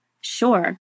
Sure